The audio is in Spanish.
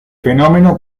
fenómeno